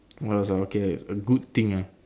what else ah okay a good thing ah